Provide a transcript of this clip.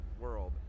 world